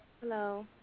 Hello